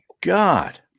god